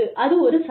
அது ஒரு சவால்